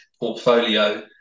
portfolio